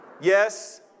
Yes